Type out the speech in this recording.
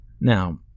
Now